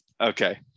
Okay